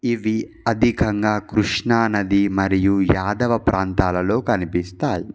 ఇవి అధికంగా కృష్ణా నది మరియు యాదవ ప్రాంతాలలో కనిపిస్తాయి